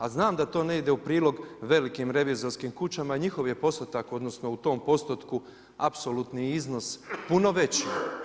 A znam da to ne ide u prilog velikim revizorskim kućama jer je njihov posao tak, odnosno, u tom postotku apsolutni iznos puno veći.